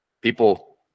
people